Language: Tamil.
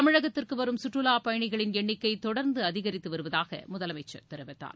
தமிழகத்திற்கு வரும் கற்றுலா பயணிகளின் எண்ணிக்கை தொடர்ந்து அதிகரித்து வருவதாக முதலமைச்சர் தெரிவித்தார்